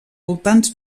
voltants